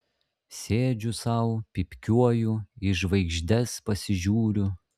sėdžiu sau pypkiuoju į žvaigždes pasižiūriu